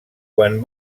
quan